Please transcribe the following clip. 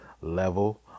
level